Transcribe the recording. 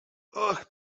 ach